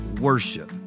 worship